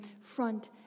front